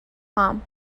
هام